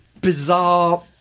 bizarre